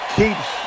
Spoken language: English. keeps